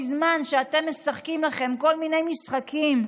בזמן שאתם משחקים לכם כל מיני משחקים,